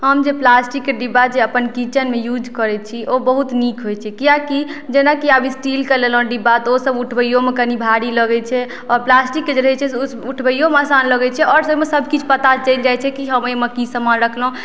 हम जे प्लास्टिकके डिब्बा जे अपन किचनमे यूज करैत छी ओ बहुत नीक होइत छै कियाकि जेनाकि आब स्टीलक लेलहुँ डिब्बा तऽ ओसभ उठबैयोमे कनी भारी लगैत छै आओर प्लास्टिकके जे रहैत छै ओ उठबैयोमे आसान लगैत छै आओर ओहिमे सभ किछु पता चलि जाइत छै कि हम एहिमे की सामान रखलहुँ